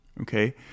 Okay